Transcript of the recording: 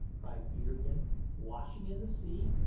cried peterkin washing in the sea,